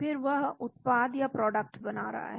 फिर वह उत्पाद या प्रोडक्ट बना रहा है